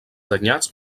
danyats